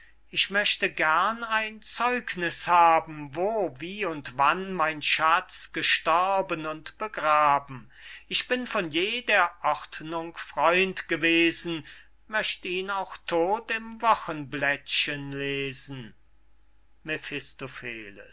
ich möchte gern ein zeugniß haben wo wie und wann mein schatz gestorben und begraben ich bin von je der ordnung freund gewesen möcht ihn auch todt im wochenblättchen lesen